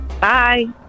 bye